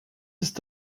ist